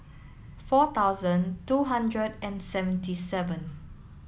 four thousand two hundred and seventy seven